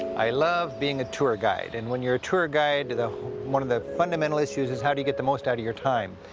i love being a tour guide, and when you're a tour guide, one of the fundamental issues is how do you get the most out of your time?